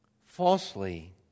falsely